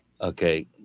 Okay